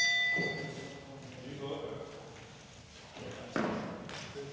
Tak